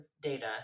data